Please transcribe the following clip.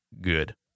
good